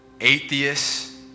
atheist